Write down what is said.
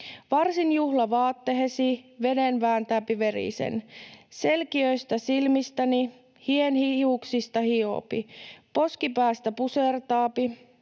varsin juhlavaattehesi! —/ Veden vääntääpi verisen / selkiöistä silmistäni / hi’en hiuksista hioopi / poskipäästä pusertaapi